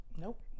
Nope